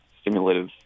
stimulative